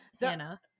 Hannah